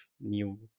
new